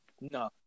No